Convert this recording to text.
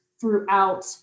throughout